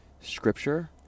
scripture